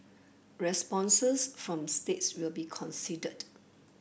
responses from states will be considered